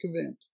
event